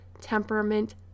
temperament